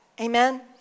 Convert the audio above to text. Amen